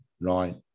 right